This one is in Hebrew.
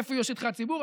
איפה יהיו שטחי הציבור,